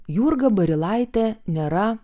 jurga barilaitė nėra